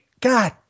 God